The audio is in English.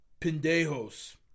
Pendejos